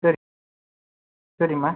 sir சரிம்மா